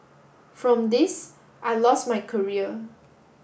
from this I lost my career